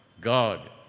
God